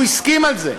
הוא הסכים לזה.